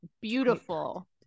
beautiful